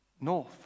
north